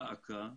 דא עקא,